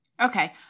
Okay